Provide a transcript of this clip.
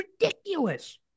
ridiculous